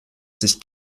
sich